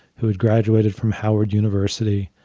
who had graduated from howard university,